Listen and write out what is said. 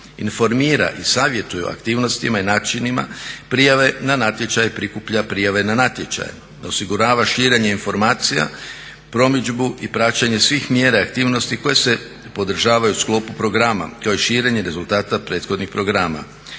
Informira i savjetuje o aktivnostima i načinima prijave na natječaje, prikuplja prijave na natječaje. Osigurava širenje informacija, promidžbu i praćenje svih mjera i aktivnosti koje se podržavaju u sklopu programa kao i širenje rezultata prethodnih programa.